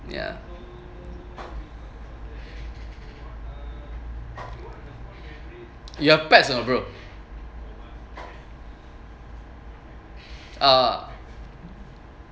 ya you have pet or not bro ah